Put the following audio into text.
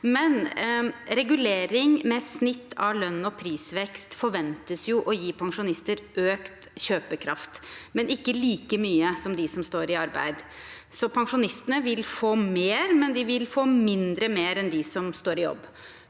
tema. Regulering med snitt av lønns- og prisvekst forventes å gi pensjonister økt kjøpekraft, men ikke like mye som dem som står i arbeid. Pensjonistene vil få mer, men de vil få mindre mer enn dem som står i jobb.